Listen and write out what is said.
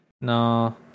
no